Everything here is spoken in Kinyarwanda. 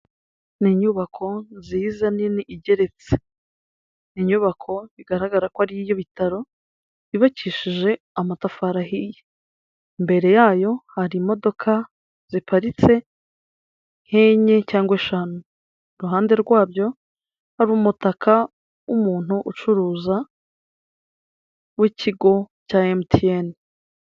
Ni inyubako nziza nini igeretse, ni inyubako bigaragara ko ari iy'ibitaro yubakishije amatafari ahiye, imbere yayo hari imodoka ziparitse, h'ennye cyangwa eshanu, iruhande rwabyo hari umutaka w'umuntu ucuruza w'ikigo cya MTN.